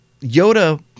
Yoda